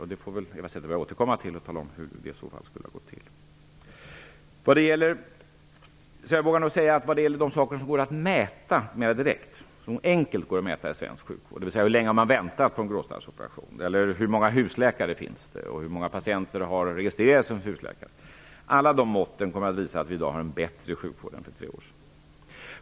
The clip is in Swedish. Eva Zetterberg får väl återkomma och tala om hur det i så fall skulle ha gått till. Vad gäller de saker i svensk sjukvård som mera direkt och enkelt kan mätas -- det kan handla om hur länge någon väntat på en gråstarrsoperation, om hur många husläkare det finns och om hur många patienter som har registrerat sig hos en husläkare -- kan man säga att alla de måtten kommer att visa att vi i dag har en bättre sjukvård än vi hade för tre år sedan.